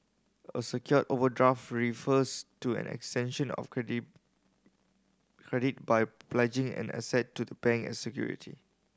a secured overdraft refers to an extension of credit credit by pledging an asset to the bank as security